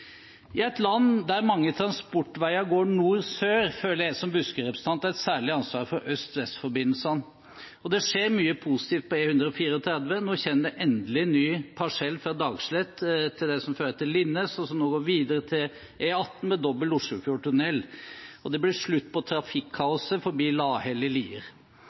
I et land der mange transportveier går nord–sør, føler jeg som Buskerud-representant et særlig ansvar for øst–vest-forbindelsene, og det skjer mye positivt på E134. Nå kommer det endelig ny parsell fra Dagslett til det som fører til Linnes, og som nå går videre til E18 med dobbel Oslofjordtunnel, og det blir slutt på trafikkaoset forbi Lahell i Lier.